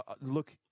Look